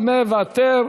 מוותר,